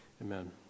Amen